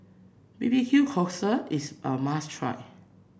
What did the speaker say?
bbq cockle is a must try